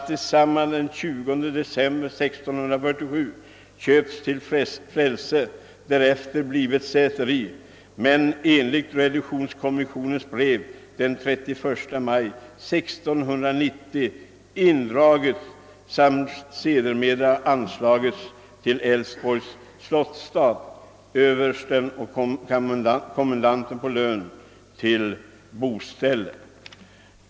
Den köptes sedan den 20 december 1647 till frälseegendom och blev därefter säteri men indrogs enligt reduktionskommitténs brev den 31 maj 1690 samt anslöts sedermera till Elfsborgs slottsstat, översten och kommendanten på lön till boställe.